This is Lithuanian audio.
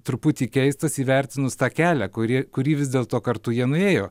truputį keistas įvertinus tą kelią kurie kurį vis dėlto kartu jie nuėjo